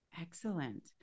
Excellent